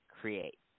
create